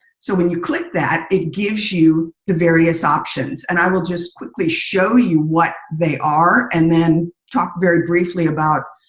so when you click that it gives you the various options. and i will just quickly show you what they are. and then talk very briefly about